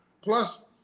Plus